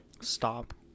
Stop